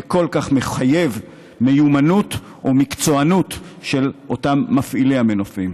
וכל כך מחייב מיומנות ומקצוענות של אותם מפעילי המנופים.